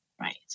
Right